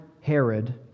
Herod